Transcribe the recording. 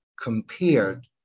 compared